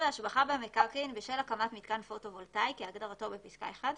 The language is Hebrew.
"(13)השבחה במקרקעין בשל הקמת מיתקן פוטו וולטאי כהגדרתו בפסקה (11)